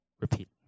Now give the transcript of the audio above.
repeat